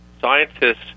scientists